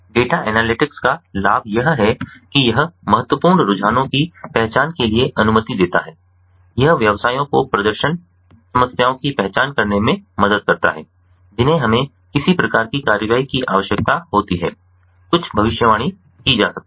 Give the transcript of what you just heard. data analytics का लाभ यह है कि यह महत्वपूर्ण रुझानों की पहचान के लिए अनुमति देता है यह व्यवसायों को प्रदर्शन समस्याओं की पहचान करने में मदद करता है जिन्हें हमें किसी प्रकार की कार्रवाई की आवश्यकता होती है कुछ भविष्यवाणी की जा सकती है